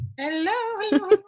Hello